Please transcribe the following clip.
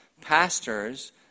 Pastors